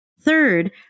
Third